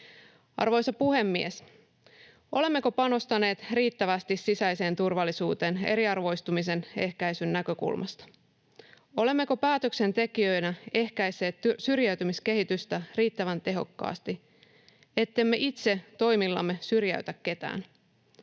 Arvoisa puhemies! Olemmeko panostaneet riittävästi sisäiseen turvallisuuteen eriarvoistumisen ehkäisyn näkökulmasta? Olemmeko päätöksentekijöinä ehkäisseet syrjäytymiskehitystä riittävän tehokkaasti, ettemme itse toimillamme syrjäytä ketään?